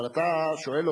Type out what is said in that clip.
אבל אתה שואל אותו,